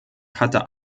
hatte